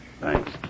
Thanks